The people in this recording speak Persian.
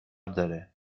داره